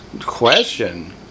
question